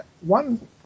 one